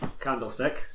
candlestick